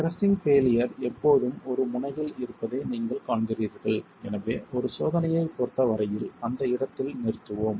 crushing failure எப்போதும் ஒரு முனையில் இருப்பதை நீங்கள் காண்கிறீர்கள் எனவே ஒரு சோதனையைப் பொறுத்த வரையில் அந்த இடத்தில் நிறுத்துவோம்